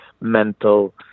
mental